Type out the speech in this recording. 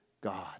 God